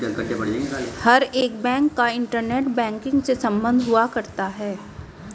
हर एक बैंक का internet banking से सम्बन्ध हुआ करता है